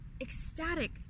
ecstatic